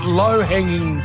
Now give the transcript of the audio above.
low-hanging